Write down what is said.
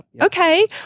Okay